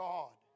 God